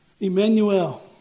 Emmanuel